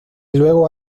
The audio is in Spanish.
luego